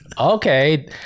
Okay